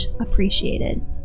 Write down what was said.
appreciated